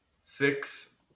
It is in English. six